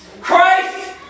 Christ